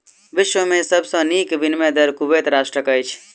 विश्व में सब सॅ नीक विनिमय दर कुवैत राष्ट्रक अछि